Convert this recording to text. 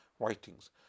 writings